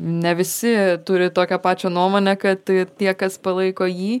ne visi turi tokią pačią nuomonę kad tie kas palaiko jį